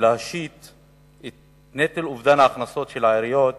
ולהשית את נטל אובדן ההכנסות של העיריות